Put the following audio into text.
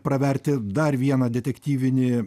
praverti dar vieną detektyvinį